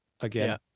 again